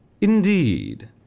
Indeed